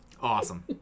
Awesome